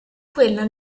quella